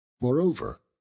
moreover